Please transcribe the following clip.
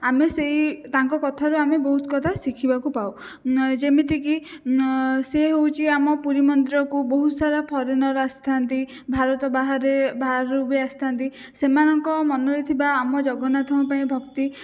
ଆମେ ସେହି ତାଙ୍କ କଥାରୁ ଆମେ ବହୁତ କଥା ଶିଖିବାକୁ ପାଉ ଯେମିତିକି ସେ ହେଉଛି ଆମ ପୁରୀ ମନ୍ଦିରକୁ ବହୁତ ସାରା ଫରେନର ଆସିଥାନ୍ତି ଭାରତ ବାହାରେ ବାହାରୁ ବି ଆସିଥାନ୍ତି ସେମାନଙ୍କ ମନରେ ଥିବା ଆମ ଜଗନ୍ନାଥଙ୍କ ପାଇଁ ଭକ୍ତି